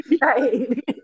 Right